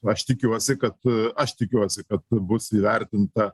aš tikiuosi kad aš tikiuosi kad bus įvertinta